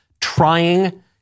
trying